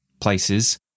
places